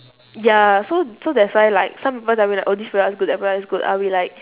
ya so so that's why like some people tell me like oh this product is good that product is good I'll be like